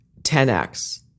10x